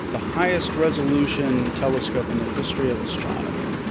the highest resolution telescope in the history of astronomy.